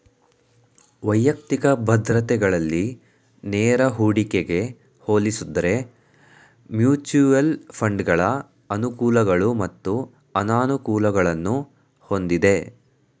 ವೈಯಕ್ತಿಕ ಭದ್ರತೆಗಳಲ್ಲಿ ನೇರ ಹೂಡಿಕೆಗೆ ಹೋಲಿಸುದ್ರೆ ಮ್ಯೂಚುಯಲ್ ಫಂಡ್ಗಳ ಅನುಕೂಲಗಳು ಮತ್ತು ಅನಾನುಕೂಲಗಳನ್ನು ಹೊಂದಿದೆ